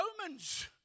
Romans